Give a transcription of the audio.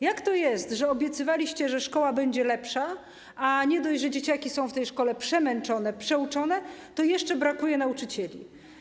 Jak to jest, że obiecywaliście, że szkoła będzie lepsza, a nie dość, że dzieciaki są w tej szkole przemęczone, przeuczone, to jeszcze brakuje nauczycieli?